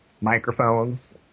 microphones